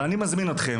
אבל אני מזמין אותכם,